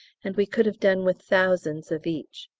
and we could have done with thousands of each.